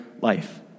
life